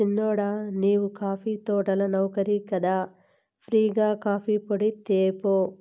సిన్నోడా నీవు కాఫీ తోటల నౌకరి కదా ఫ్రీ గా కాఫీపొడి తేపో